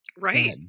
Right